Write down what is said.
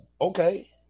okay